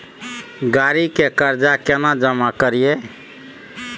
गाड़ी के कर्जा केना जमा करिए?